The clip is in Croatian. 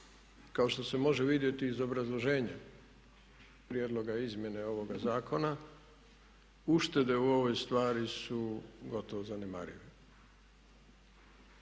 kao što se može vidjeti iz obrazloženja prijedloga izmjene ovoga zakona uštede u ovoj stvari su gotovo zanemarive.